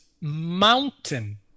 mountain